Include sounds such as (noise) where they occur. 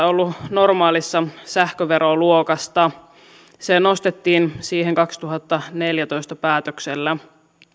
(unintelligible) ollut normaalissa sähköveroluokassa se nostettiin siihen vuoden kaksituhattaneljätoista päätöksellä